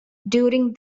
during